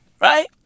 Right